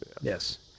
yes